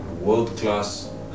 world-class